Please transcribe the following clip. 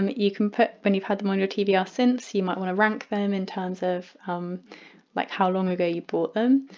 um you can put when you've had them on your tbr, since you might want to rank them in terms of like how long ago you bought them,